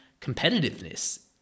competitiveness